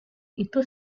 itu